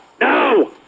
No